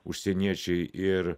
užsieniečiai ir